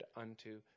unto